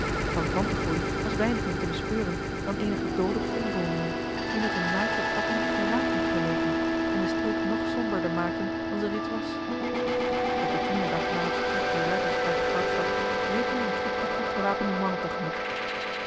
van plantengroei was weinig meer te bespeuren dan eenige doode gomboomen die met hunne naakte takken geraamten geleken en de streek nog somberder maakten dan ze reeds was op den tienden dag na het vertrek der ruiters uit de goudstad reed hun een troepje goed gewapende mannen